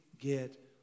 get